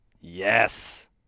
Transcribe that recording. Yes